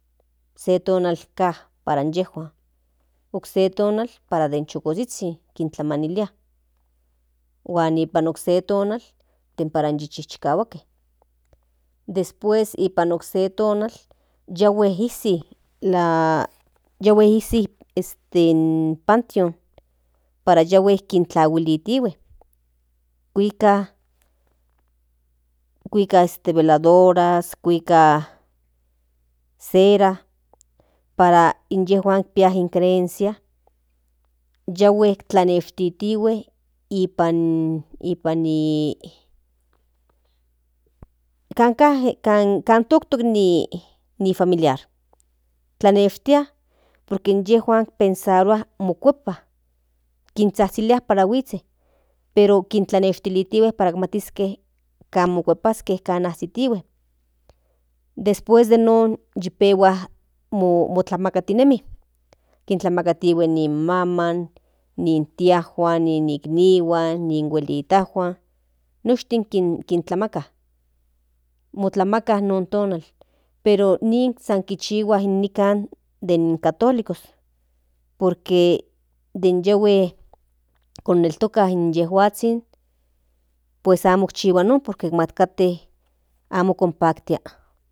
Se tonal ka para inyejuan okse tonal para den chukozhizhin kintlamanilia huan den para se tonal para in chichikahuajke después nipan okse tonal yahue izi in panteón para yahue kintlamattihue kuika veladoras kuika ceras para inyejuan creorua in creencia yahue tlanishtitihue nipan ni nipan kanka ni kan toktokl ni familiar tlaneshtia por que inyejuan pensarua mokuepa kinzhazhilia para huizhe pero kintlanishtitihue para matiske kan mo kuepaske kan motiasitigue después yi non mopehua motlakuatinemi kintlamakatihuen ni maman ni tiajuan ni iknihuan ni buelitajuan noshtin kintlamaka kintlamaka nochin tonal pero nin san kichihua nikan den católicos por que den yahue kineltoka de inyejuazhin pue amo ikchihua non por qie majkate amo konpaktia.